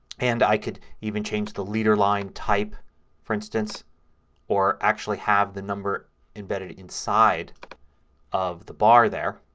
and i can even change the leader line type for instance or actually have the number embedded inside of the bar there.